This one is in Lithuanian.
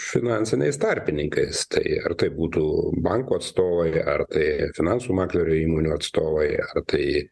finansiniais tarpininkais tai ar tai būtų banko atstovai ar tai ir finansų makleriai įmonių atstovai tai